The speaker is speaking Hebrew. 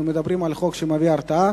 אנחנו מדברים על חוק שיש בו הרתעה,